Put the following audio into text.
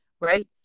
right